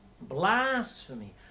Blasphemy